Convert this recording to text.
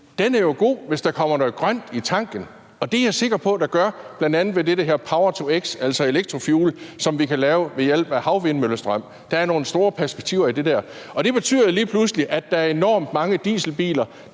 er jo god, hvis der kommer noget grønt i tanken. Og det er jeg sikker på der gør, bl.a. med det, der hedder power-to-x, altså elektrofuel, som vi kan lave ved hjælp af havvindmøllestrøm. Der er nogle store perspektiver i det der. Og det betyder lige pludselig, at der er enormt mange dieselbiler,